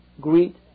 greet